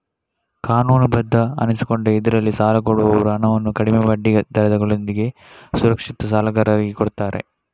ಕಾನೂನುಬದ್ಧ ಅನಿಸಿಕೊಂಡ ಇದ್ರಲ್ಲಿ ಸಾಲ ಕೊಡುವವರು ಹಣವನ್ನು ಕಡಿಮೆ ಬಡ್ಡಿ ದರಗಳೊಂದಿಗೆ ಸುರಕ್ಷಿತ ಸಾಲಗಾರರಿಗೆ ಕೊಡ್ತಾರೆ